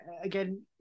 again